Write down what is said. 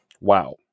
Wow